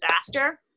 disaster